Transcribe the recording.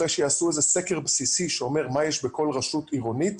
אחרי שיעשו איזה סקר בסיסי שאומר מה יש בכל רשות עירונית,